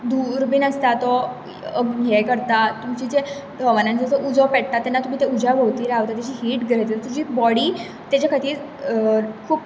धुऊर बी आसता तो हें करता तुमचें जें हवनान जसो उजो पेट्टा तेन्ना तुमी ते उज्या भोंवतीं रावता ताजी हीट ग्रह तुजी बोडी ताज्या खातीर खूब